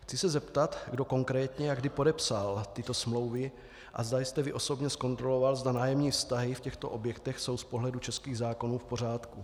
Chci se zeptat, kdo konkrétně a kdy podepsal tyto smlouvy a zda jste vy osobně zkontroloval, zda nájemní vztahy v těchto objektech jsou z pohledu českých zákonů v pořádku.